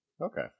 okay